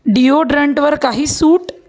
डिओड्रंटवर काही सूट